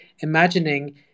imagining